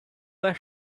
their